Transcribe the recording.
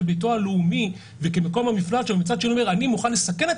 כביתו הלאומי וכמקום המפלט שלו ומצד שני הוא אומר: אני מוכן לסכן את